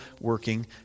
working